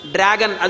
Dragon